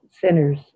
centers